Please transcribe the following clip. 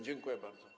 Dziękuję bardzo.